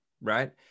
right